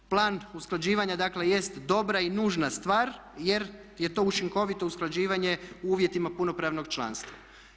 Plan usklađivanja dakle jest dobra i nužna stvar jer je to učinkovito usklađivanje u uvjetima punopravnog članstva.